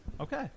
Okay